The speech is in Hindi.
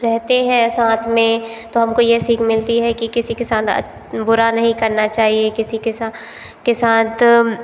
रहते हैं साथ में तो हमको यह सीख मिलती है कि किसी के साथ बुरा नहीं करना चाहिए किसी के साथ के साथ